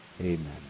Amen